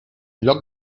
lloc